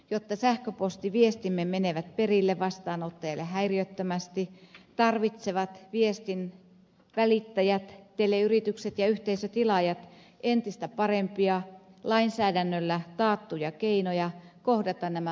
jotta sähköpostiviestimme menevät perille vastaanottajalle häiriöttömästi tarvitsevat viestin välittäjät teleyritykset ja yhteisötilaajat entistä parempia lainsäädännöllä taattuja keinoja kohdata nämä arkipäivän haasteet